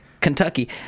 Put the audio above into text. Kentucky